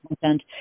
content